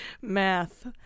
Math